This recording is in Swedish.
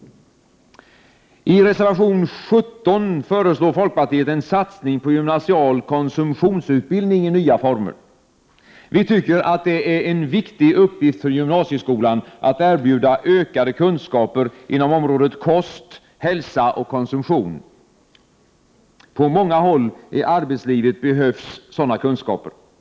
I reservation 17 föreslår folkpartiet en satsning på gymnasial konsumtionsutbildning i nya former. Vi tycker att det är en viktig uppgift för gymnasieskolan att erbjuda ökade kunskaper inom området kost, hälsa och konsumtion. I arbetslivet behövs sådana kunskaper på många håll.